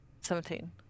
Seventeen